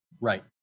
Right